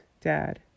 dad